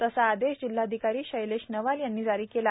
तसा आदेश जिल्हाधिकारी शैलेश नवाल यांनी जारी केला